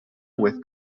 with